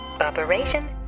Operation